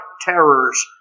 terrors